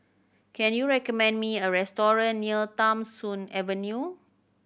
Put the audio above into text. can you recommend me a restaurant near Tham Soong Avenue